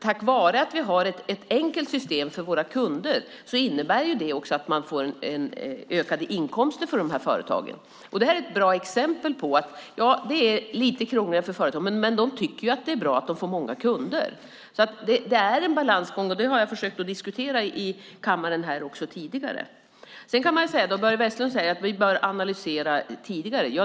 Tack vare att vi har ett enkelt system för våra kunder får de företagen ökade inkomster. Ja, det är lite krångligare för företagen, men de tycker att det är bra att de får många kunder. Det är en balansgång. Det har jag försökt att diskutera i kammaren tidigare. Börje Vestlund säger att vi bör analysera det tidigare.